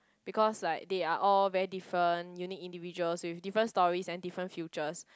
because like they are all very different unique individuals with different stories and different futures